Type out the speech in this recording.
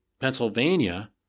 Pennsylvania